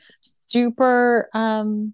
super